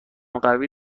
قوی